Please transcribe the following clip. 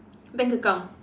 bank account